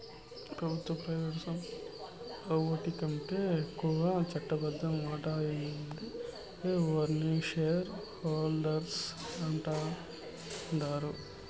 పెబుత్వ, ప్రైవేటు సంస్థల్ల ఓటికంటే ఎక్కువ చట్టబద్ద వాటాలుండే ఓర్ని షేర్ హోల్డర్స్ అంటాండారు